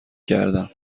کردم